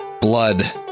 Blood